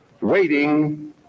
waiting